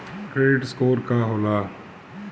Credit score का होला?